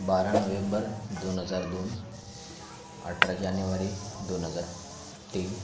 बारा नोव्हेंबर दोन हजार दोन आठरा जानेवारी दोन हजार तीन